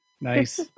Nice